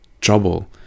trouble